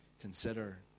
consider